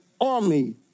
army